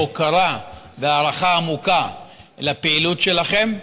הוקרה והערכה עמוקה על הפעילות שלכם.